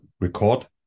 record